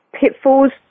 pitfalls